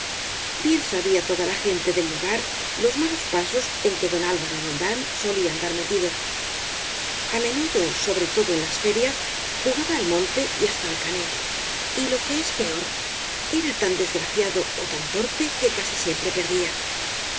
bien sabía toda la gente del lugar los malos pasos en que don alvaro roldán solía andar metido á menudo so bre todo en las ferias jugaba al monte y hasta al cañé y lo que es peor era tan desgraciado ó tan torpe que casi siempre perdía